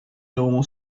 normal